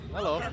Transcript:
Hello